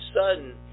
sudden